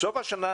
בסוף השנה,